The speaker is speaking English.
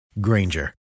Granger